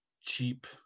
cheap